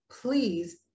please